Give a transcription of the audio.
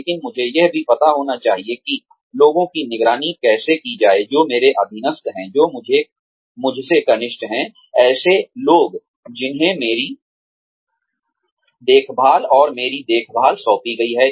लेकिन मुझे यह भी पता होना चाहिए कि लोगों की निगरानी कैसे की जाए जो मेरे अधीनस्थ हैं जो मुझसे कनिष्ठ हैं ऐसे लोग जिन्हें मेरी देखभाल और मेरी देखरेख सौंपी गई है